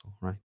right